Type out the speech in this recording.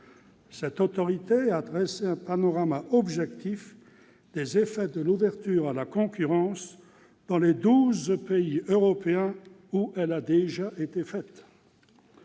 Cette autorité a dressé un panorama objectif des effets de l'ouverture à la concurrence dans les douze pays européens où elle a déjà été réalisée.